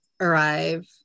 arrive